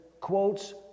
quotes